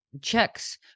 checks